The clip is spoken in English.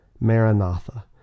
maranatha